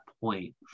point